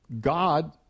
God